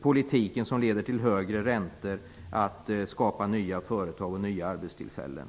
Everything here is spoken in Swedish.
politiken, som leder till högre räntor, att skapa nya företag och nya arbetstillfällen?